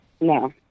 No